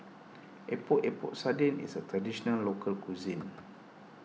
Epok Epok Sardin is a Traditional Local Cuisine